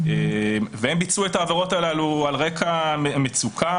והם ביצעו את העבירות הללו על רקע מצוקה,